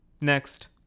Next